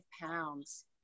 pounds